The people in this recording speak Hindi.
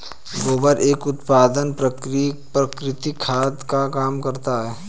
गोबर एक उत्तम प्राकृतिक खाद का काम करता है